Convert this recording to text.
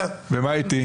ומה איתי?